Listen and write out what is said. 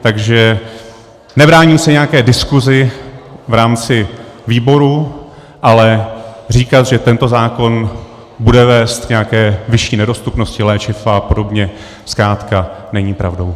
Takže nebráním se nějaké diskusi v rámci výboru, ale říkat, že tento zákon bude vést k nějaké vyšší nedostupnosti léčiv a podobně, zkrátka není pravdou.